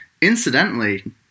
incidentally